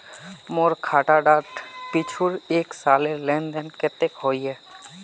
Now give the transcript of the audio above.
मोर खाता डात पिछुर एक सालेर लेन देन कतेक होइए?